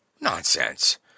Nonsense